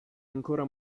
ancora